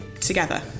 together